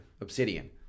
Obsidian